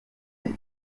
bite